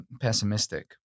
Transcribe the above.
pessimistic